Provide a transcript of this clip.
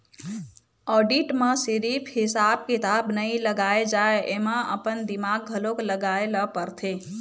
audit म सिरिफ हिसाब किताब नइ लगाए जाए एमा अपन दिमाक घलोक लगाए ल परथे